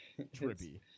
Trippy